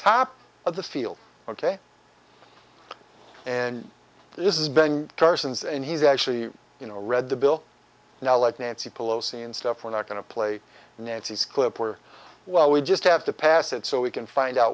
top of the field ok and this is ben carson is and he's actually you know read the bill now like nancy pelosi and stuff we're not going to play nancy's clip where well we just have to pass it so we can find out